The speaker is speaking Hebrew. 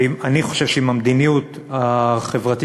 ואני חושב שעם המדיניות החברתית-כלכלית